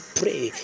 pray